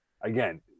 again